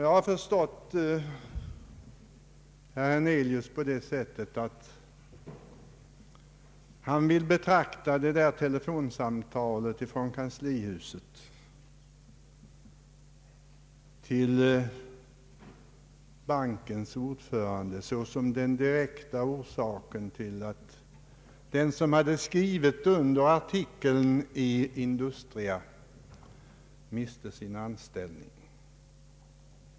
Av herr Hernelius” anförande har jag förstått att han vill betrakta telefonsamtalet från kanslihuset till bankens styrelseordförande såsom den direkta orsaken till att den person som hade skrivit under artikeln i Industria miste sin anställning.